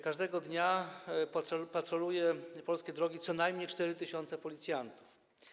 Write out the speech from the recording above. Każdego dnia patroluje polskie drogi co najmniej 4 tys. policjantów.